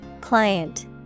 Client